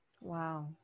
Wow